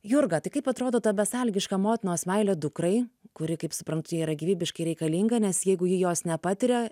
jurga tai kaip atrodo ta besąlygiška motinos meilė dukrai kuri kaip suprantu yra gyvybiškai reikalinga nes jeigu ji jos nepatiria